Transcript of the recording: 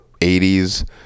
80s